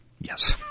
Yes